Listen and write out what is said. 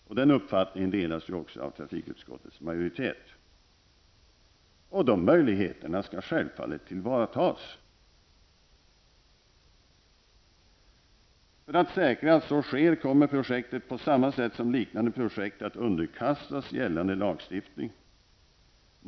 Den uppfattningen delas också av trafikutskottets majoritet. De möjligheterna skall självfallet tillvaratas. För att säkra att så sker kommer projektet -- på samma sätt som liknande projekt -- att underkastas gällande lagstiftning.